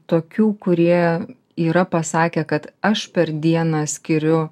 tokių kurie yra pasakę kad aš per dieną skiriu